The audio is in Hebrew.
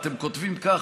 אתם כותבים כך: